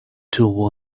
till